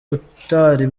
utari